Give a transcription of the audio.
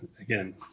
again